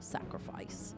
sacrifice